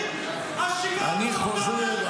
אני חוזר,